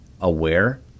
aware